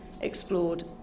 explored